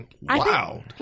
Wow